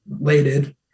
related